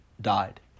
died